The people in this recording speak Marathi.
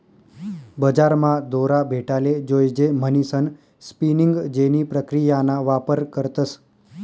बजारमा दोरा भेटाले जोयजे म्हणीसन स्पिनिंग जेनी प्रक्रियाना वापर करतस